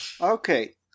Okay